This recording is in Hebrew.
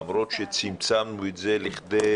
למרות שצמצמנו את זה נקודתית,